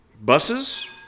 buses